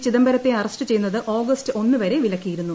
ചിദംബരത്തെ അറസ്റ്റ് ചെയ്യുന്നത് ഓഗസ്റ്റ് ഒന്ന് വരെ വിലക്കിയിരുന്നു